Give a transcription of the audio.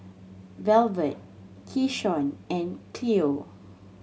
Velvet Keyshawn and Cleo